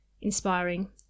inspiring